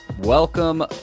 Welcome